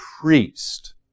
priest